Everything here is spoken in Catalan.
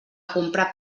comprar